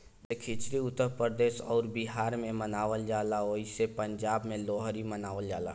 जैसे खिचड़ी उत्तर प्रदेश अउर बिहार मे मनावल जाला ओसही पंजाब मे लोहरी मनावल जाला